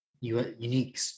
unique